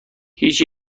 هیچ